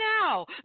now